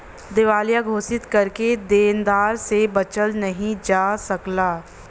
दिवालिया घोषित करके देनदार से बचल नाहीं जा सकला